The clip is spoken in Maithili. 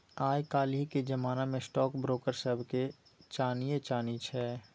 आय काल्हिक जमाना मे स्टॉक ब्रोकर सभके चानिये चानी छै